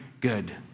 good